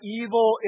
evil